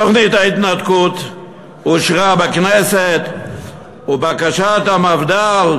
תוכנית ההתנתקות אושרה בכנסת ובקשת המפד"ל